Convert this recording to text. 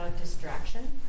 distraction